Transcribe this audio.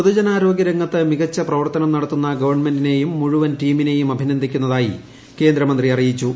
പൊതുജനാരോഗൃ രംഗത്ത് മികച്ച പ്രവർത്തനം നടത്തുന്ന ഗവൺമെന്റിനെയും മുഴുവൻ ടീമിനെയും അഭിനന്ദിക്കുന്നതായ്ടി കേന്ദ്രമന്ത്രി അറിയിച്ചു